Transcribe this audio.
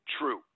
true